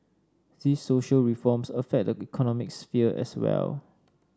these social reforms affect the economic sphere as well